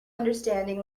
understanding